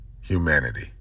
humanity